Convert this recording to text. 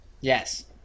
Yes